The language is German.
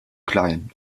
klein